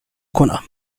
کنم